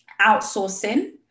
outsourcing